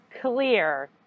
clear